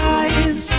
eyes